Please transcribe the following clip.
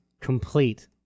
Complete